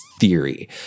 theory